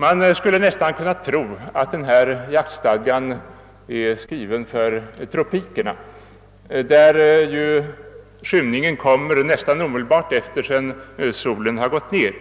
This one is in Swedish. Man skulle nästan kunna tro att denna jaktstadga är skriven för tropikerna, där ju skymningen kommer nästan omedelbart efter det att solen gått ned,